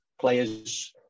players